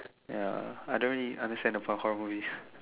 ya I don't really understand the plot about horror movies